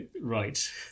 right